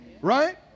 Right